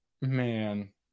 Man